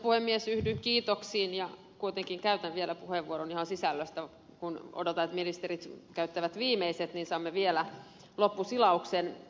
yhdyn kiitoksiin ja kuitenkin käytän vielä puheenvuoron ihan sisällöstä kun odotan että ministerit käyttävät viimeiset niin että saamme vielä loppusilauksen